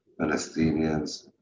Palestinians